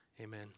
Amen